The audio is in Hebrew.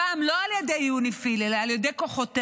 הפעם לא על ידי יוניפי"ל, אלא על ידי כוחותינו,